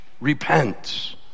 repent